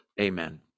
Amen